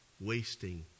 wasting